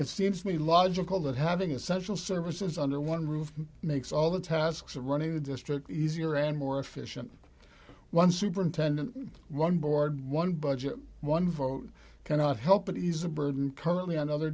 it seems to me logical that having essential services under one roof makes all the tasks of running the district easier and more efficient one superintendent one board one budget one vote cannot help but he's a burden currently on other